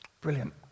Brilliant